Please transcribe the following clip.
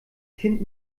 kind